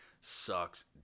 sucks